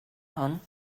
hwn